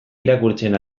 irakurtzen